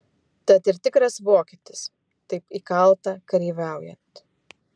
tad ir tikras vokietis taip įkalta kareiviaujant